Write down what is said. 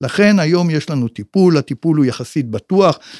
לכן היום יש לנו טיפול, הטיפול הוא יחסית בטוח